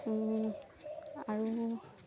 আৰু